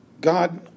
God